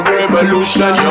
revolution